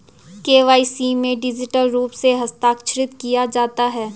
KYC में digital रूप से हस्ताक्षरित किया जाता है